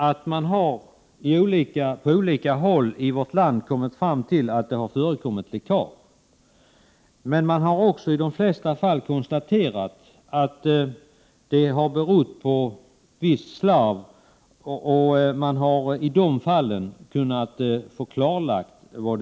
Vi vet att man på olika håll i vårt land har kommit fram till att det har förekommit läckage. Men i de flesta fall har det konstaterats att det har berott på visst slarv. Och i dessa fall har orsakerna alltså kunnat klarläggas.